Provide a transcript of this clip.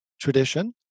tradition